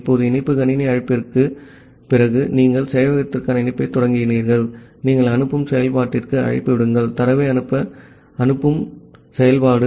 இப்போது இணைப்பு கணினி அழைப்புக்குப் பிறகு நீங்கள் சேவையகத்திற்கான இணைப்பைத் தொடங்கினீர்கள் நீங்கள் அனுப்பும் செயல்பாட்டிற்கு அழைப்பு விடுங்கள் தரவை அனுப்ப அனுப்பும் செயல்பாடு